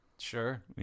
Sure